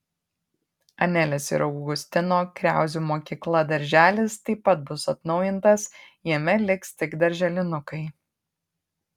anelės ir augustino kriauzų mokykla darželis taip pat bus atnaujintas jame liks tik darželinukai